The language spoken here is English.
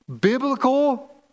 biblical